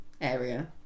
area